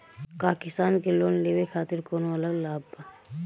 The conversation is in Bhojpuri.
का किसान के लोन लेवे खातिर कौनो अलग लाभ बा?